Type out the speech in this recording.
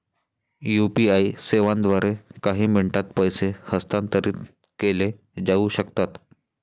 UPI सेवांद्वारे काही मिनिटांत पैसे हस्तांतरित केले जाऊ शकतात